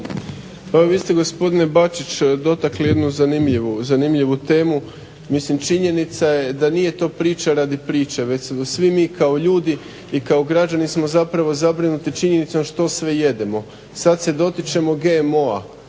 Pa vi ste gospodine Bačić dotakli jednu zanimljivu temu, mislim činjenica je da nije to priča radi priče već smo svi mi kao ljudi i kao građani smo zapravo zabrinuti činjenicom što sve jedemo, sad se dotičemo GMO-a